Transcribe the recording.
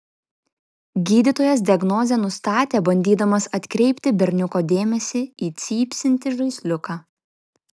gydytojas diagnozę nustatė bandydamas atkreipti berniuko dėmesį į cypsintį žaisliuką